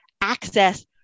access